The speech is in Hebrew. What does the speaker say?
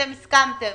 הסכמתם